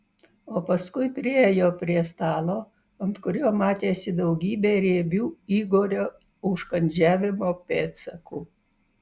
o paskui priėjo prie stalo ant kurio matėsi daugybė riebių igorio užkandžiavimo pėdsakų